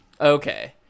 Okay